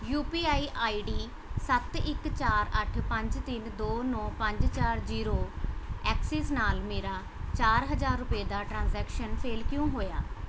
you P I I D ਸੱਤ ਇੱਕ ਚਾਰ ਅੱਠ ਪੰਜ ਤਿੰਨ ਦੋ ਨੌ ਪੰਜ ਚਾਰ ਜ਼ੀਰੋ ਐਕਸਿਸ ਨਾਲ ਮੇਰਾ ਚਾਰ ਹਜ਼ਾਰ ਰੁਪਏ ਦਾ ਟ੍ਰਾਜੈਕਸ਼ਨ ਫੇਲ ਕਿਉਂ ਹੋਇਆ